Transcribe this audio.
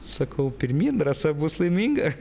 sakau pirmyn rasa bus laiminga